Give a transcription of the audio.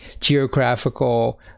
geographical